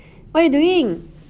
what are you doing